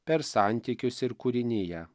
per santykius ir kūriniją